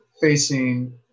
facing